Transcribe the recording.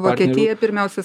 vokietija pirmiausia